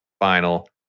final